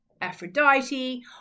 Aphrodite